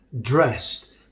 dressed